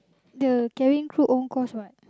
the cabin crew own course what